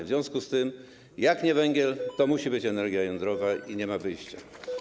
W związku z tym, jeśli nie węgiel, musi być energia jądrowa i nie ma wyjścia.